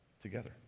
together